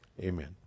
amen